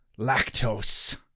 Lactose